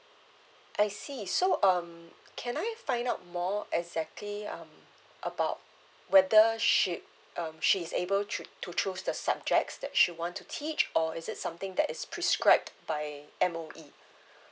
I see so um can I find out more exactly um about whether she um she's able to to choose the subjects that she want to teach or is it something that is prescribed by M_O_E